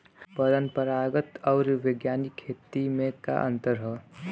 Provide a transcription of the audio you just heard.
परंपरागत आऊर वैज्ञानिक खेती में का अंतर ह?